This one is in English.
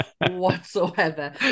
whatsoever